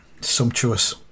Sumptuous